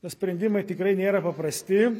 na sprendimai tikrai nėra paprasti